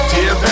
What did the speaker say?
Dear